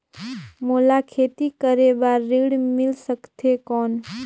मोला खेती करे बार ऋण मिल सकथे कौन?